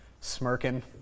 Smirking